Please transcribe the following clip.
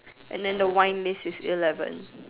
and then the wine list is eleven